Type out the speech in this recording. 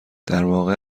درواقع